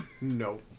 no